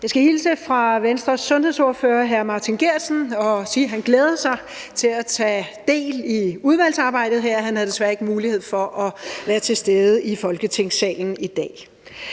Jeg skal hilse fra Venstres sundhedsordfører, hr. Martin Geertsen, og sige, at han glæder sig til at tage del i udvalgsarbejdet her; han havde desværre ikke mulighed for at være til stede i Folketingssalen i dag.